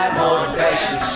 motivation